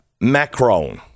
Macron